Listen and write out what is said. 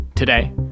Today